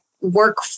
work